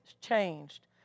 changed